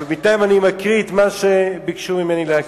בינתיים, אני מקריא את מה שביקשו ממני להקריא.